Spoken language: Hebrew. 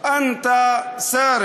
אתה רוצח.